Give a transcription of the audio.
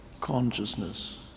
consciousness